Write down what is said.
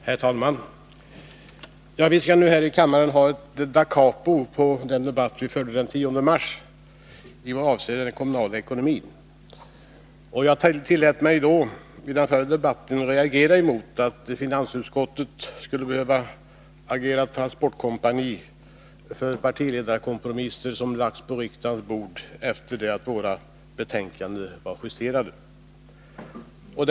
Herr talman! Nu skall vi här i kammaren ha ett da capo på den debatt som vi förde den 10 mars vad avser den kommunala ekonomin. Jag tillät mig att vid den förra debatten reagera mot att finansutskottet skulle behöva agera transportkompani för partiledarkompromisser på den borgerliga sidan som tillkommit efter det att våra betänkanden lagts på riksdagens bord.